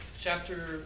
chapter